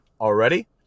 already